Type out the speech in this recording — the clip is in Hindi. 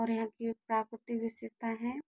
और यहाँ की प्राकृतिक विशेषता हैं